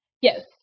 Yes